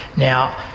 now,